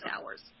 hours